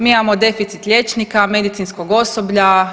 Mi imamo deficit liječnika, medicinskog osoblja.